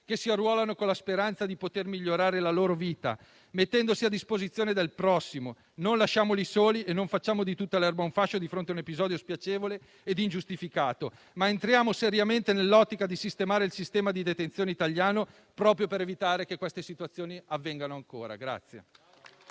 che si arruolano con la speranza di migliorare la loro vita, mettendosi a disposizione del prossimo. Non lasciamoli soli e non facciamo di tutta l'erba un fascio, di fronte a un episodio spiacevole e ingiustificato, ma entriamo seriamente nell'ottica di sistemare il sistema di detenzione italiano, proprio per evitare che queste situazioni avvengano ancora.